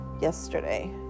yesterday